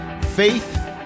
Faith